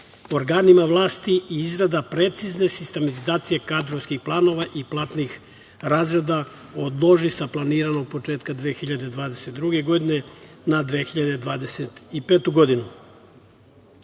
organima vlasti i izrada precizne sistematizacije kadrovskih planova i platnih razreda odloži sa planiranog početka 2022. godine na 2025. godinu. Oko